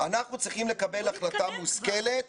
אנחנו צריכים לקבל החלטה מושכלת